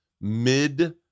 mid